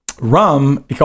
rum